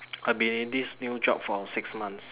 I've been in this new job for six months